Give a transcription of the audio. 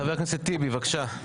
חבר הכנסת טיבי, בבקשה.